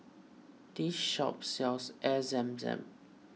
this shop sells Air Zam Zam